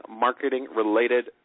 marketing-related